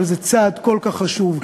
אבל זה צעד כל כך חשוב,